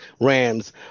Rams